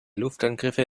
luftangriffe